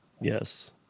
Yes